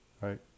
right